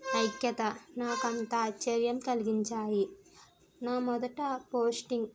ఐక్యత నాకంత ఆచర్యం కలిగించాయి నా మొదట పోస్టింగ్